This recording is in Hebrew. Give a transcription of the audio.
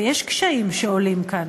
ויש קשיים שעולים כאן,